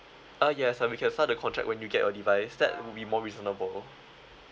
uh yes uh we can start the contract when you get your device that would be more reasonable